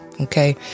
okay